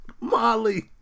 Molly